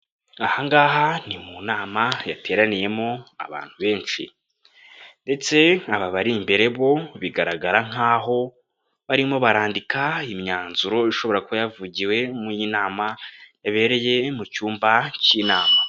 Ahangaha ni mu nama yateraniyemo abantu benshi. Ndetse aba bari imbere bo bigaragara nk'aho barimo barandika imyanzuro ishobora kuba yavugiwe muri iyi nama yabereye mu cyumba cy'inama.